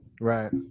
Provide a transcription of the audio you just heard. right